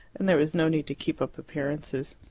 and there was no need to keep up appearances.